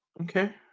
Okay